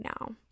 now